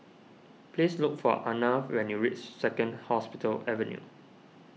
please look for Arnav when you reach Second Hospital Avenue